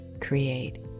create